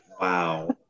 Wow